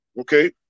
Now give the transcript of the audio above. okay